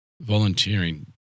volunteering